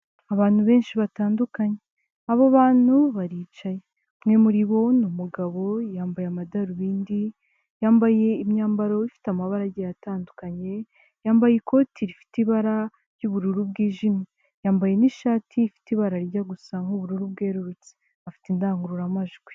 Abantu benshi batandukanye abo bantu baricaye umwe muri bo ni umugabo yambaye amadarubindi, yambaye imyambaro ifite amabara agiye atandukanye, yambaye ikoti rifite ibara ry'ubururu bwijimye, yambaye n'ishati ifite ibara rirya gusa nk'ubururu bwerurutse, afite indangururamajwi.